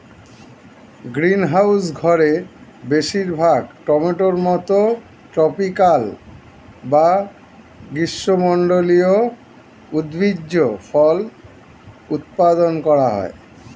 greenhouse ঘরে বেশিরভাগ টমেটোর মতো ট্রপিকাল বা গ্রীষ্মমন্ডলীয় উদ্ভিজ্জ ফল উৎপাদন করা হয়